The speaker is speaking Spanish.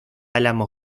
álamos